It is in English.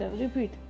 repeat